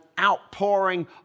outpouring